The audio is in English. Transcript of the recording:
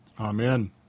Amen